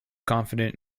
confident